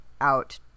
out